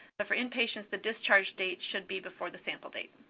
but for inpatients, the discharge date should be before the sample date.